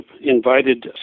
invited